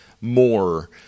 more